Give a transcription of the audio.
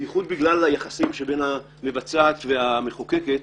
בייחוד בגלל היחסים שבין המבצעת למחוקקת,